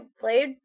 played